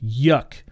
Yuck